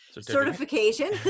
Certification